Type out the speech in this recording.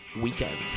weekend